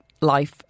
life